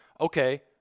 okay